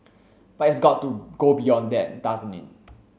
but it has got to go beyond that doesn't it